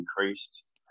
increased